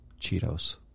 Cheetos